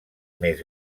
més